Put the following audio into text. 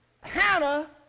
Hannah